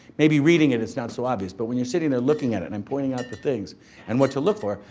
maybe reading it, it's not so obvious, but when you're sitting there looking at it and i'm pointing out the things and what to look for,